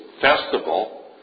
festival